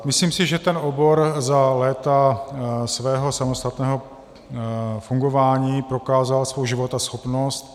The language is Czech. Myslím si, že ten obor za léta svého samostatného fungování prokázal svou životaschopnost.